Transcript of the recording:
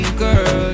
girl